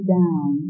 down